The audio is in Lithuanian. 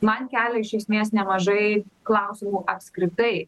man kelia iš esmės nemažai klausimų apskritai